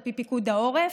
על פי פיקוד העורף,